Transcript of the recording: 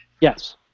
Yes